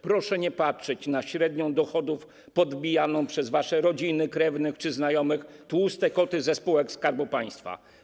Proszę nie patrzeć na średnią dochodów podbijaną przez wasze rodziny, krewnych, czy znajomych, tłuste koty ze spółek Skarbu Państwa.